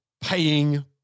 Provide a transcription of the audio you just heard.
paying